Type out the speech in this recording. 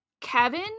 Kevin